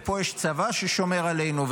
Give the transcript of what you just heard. ופה יש צבא ששומר עלינו,